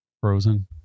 Frozen